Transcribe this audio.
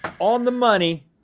on the money.